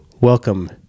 welcome